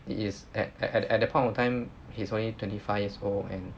it is at at at at that point of time he's only twenty five years old and